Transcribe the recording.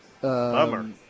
Bummer